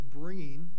bringing